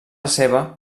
seva